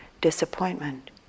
disappointment